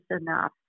enough